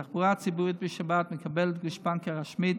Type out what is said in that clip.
התחבורה הציבורית בשבת מקבלת גושפנקה רשמית.